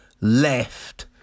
Left